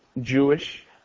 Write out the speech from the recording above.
Jewish